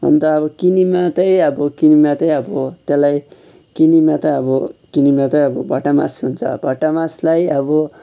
अन्त अब किनेमा तै अब किनेमा चाहिँ अब त्यसलाई किनेमा चाहिँ अब किनेमा चाहिँ अब भटमास हुन्छ भटमासलाई अब